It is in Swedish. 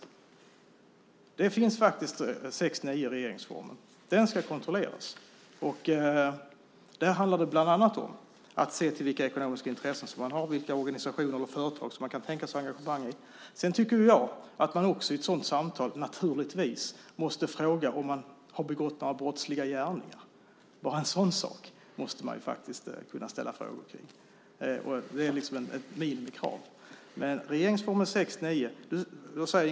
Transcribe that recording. Överensstämmelsen med 6 kap. 9 § i regeringsformen ska kontrolleras. Det handlar bland annat om att se till vilka ekonomiska intressen personen har och vilka organisationer eller företag personen kan tänka sig ha engagemang i. Sedan tycker jag att man åtminstone i ett sådant samtal måste fråga om personen har begått några brottsliga gärningar. En sådan sak måste man faktiskt kunna ställa frågor om. Det är ett minimikrav. Det handlar alltså om regeringsformen 6 kap. 9 §.